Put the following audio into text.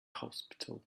hospital